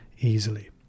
easily